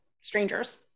strangers